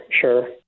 sure